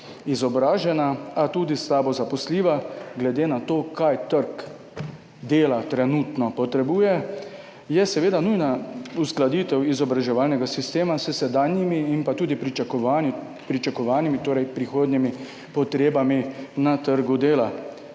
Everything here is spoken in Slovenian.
izobražena, a tudi slabo zaposljiva glede na to, kar trg dela trenutno potrebuje, je seveda nujna uskladitev izobraževalnega sistema s sedanjimi in tudi pričakovanimi, torej prihodnjimi, potrebami na trgu dela.